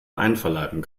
einverleiben